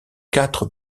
quatre